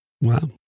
Wow